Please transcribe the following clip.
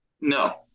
no